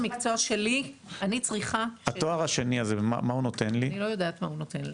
אני לא יודעת מה הוא נותן לה.